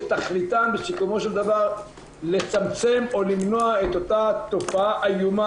שתכליתם בסיכומו של דבר לצמצם או למנוע את אותה תופעה איומה,